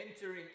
entering